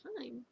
time